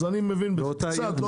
אז אני מבין בזה קצת,